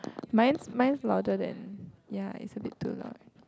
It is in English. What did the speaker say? mine's mine's louder than ya it's a bit too loud